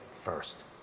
first